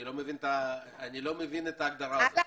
אני לא מבין את ההגדרה הזאת.